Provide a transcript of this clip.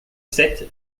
sept